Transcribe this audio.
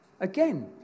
Again